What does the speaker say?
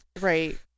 Right